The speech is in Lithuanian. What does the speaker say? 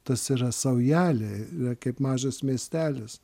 tas yra saujelė kaip mažas miestelis